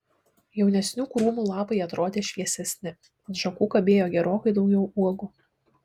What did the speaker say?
jaunesnių krūmų lapai atrodė šviesesni ant šakų kabėjo gerokai daugiau uogų